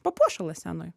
papuošalas scenoj